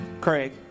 Craig